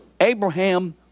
Abraham